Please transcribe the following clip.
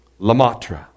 LaMatra